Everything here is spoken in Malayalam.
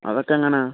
അതൊക്കെ എങ്ങനെയാണ്